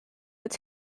its